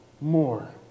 more